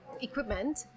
equipment